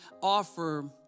offer